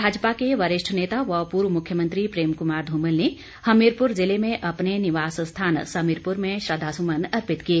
भाजपा के वरिष्ठ नेता व पूर्व मुख्यमंत्री प्रेम कुमार धूमल ने हमीरपुर जिले में अपने निवास स्थान समीरपुर में श्रद्धासुमन अर्पित किए